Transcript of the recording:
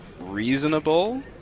reasonable